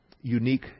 unique